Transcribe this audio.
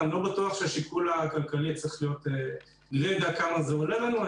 ואני לא בטוח שהשיקול הכלכלי צריך להיות גרידא כמה זה עולה לנו,